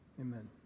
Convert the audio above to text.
Amen